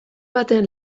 baten